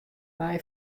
mei